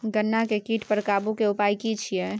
गन्ना के कीट पर काबू के उपाय की छिये?